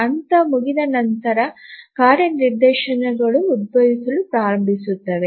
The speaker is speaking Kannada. ಹಂತ ಮುಗಿದ ನಂತರ ಕಾರ್ಯ ನಿದರ್ಶನಗಳು ಉದ್ಭವಿಸಲು ಪ್ರಾರಂಭಿಸುತ್ತವೆ